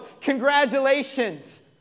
congratulations